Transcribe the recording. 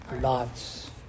Lots